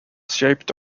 shaped